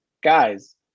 guys